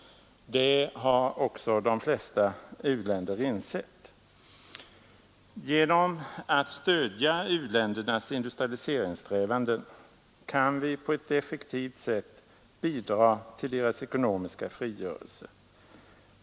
Detta har de flesta u-länder insett. Genom att stödja u-ländernas industrialiseringssträvanden kan vi på ett effektivt sätt bidra till deras ekonomiska frigörelse.